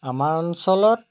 আমাৰ অঞ্চলত